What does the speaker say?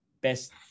best